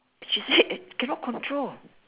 she say cannot control